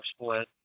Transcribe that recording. split